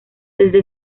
desde